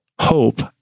hope